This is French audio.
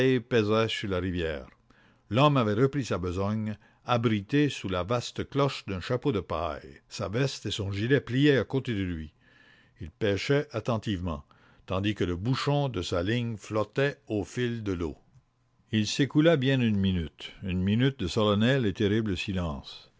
pesait sur la rivière le pêcheur avait repris sa besogne abrité sous la vaste cloche d'un chapeau de paille sa veste et son gilet pliés à côté de lui il pêchait attentivement tandis que le bouchon de sa ligne flottait au fil de l'eau il s'écoula bien une minute une minute de solennel et terrible silence